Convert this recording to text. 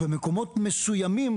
ומקומות מסומים,